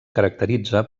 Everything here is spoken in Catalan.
caracteritza